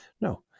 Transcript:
No